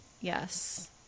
Yes